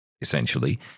essentially